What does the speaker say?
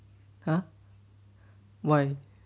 uh why